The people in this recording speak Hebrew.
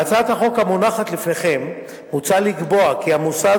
בהצעת החוק המונחת לפניכם מוצע לקבוע כי המוסד